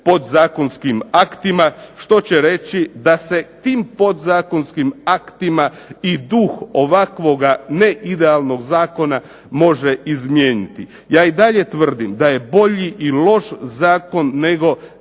podzakonskim aktima. Što će reći da se tim podzakonskim aktima i duh ovakvoga neidealnog zakona može izmijeniti. Ja i dalje tvrdim da je bolji i loš zakon nego